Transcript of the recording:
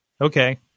Okay